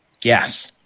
Yes